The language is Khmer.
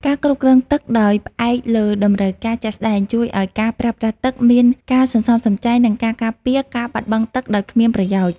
ការគ្រប់គ្រងទឹកដោយផ្អែកលើតម្រូវការជាក់ស្តែងជួយឱ្យការប្រើប្រាស់ទឹកមានការសន្សំសំចៃ និងការពារការបាត់បង់ទឹកដោយគ្មានប្រយោជន៍។